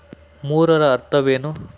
ಮೂರರ ಅರ್ಥವೇನು?